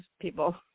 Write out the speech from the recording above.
people